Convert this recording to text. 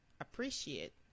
Appreciate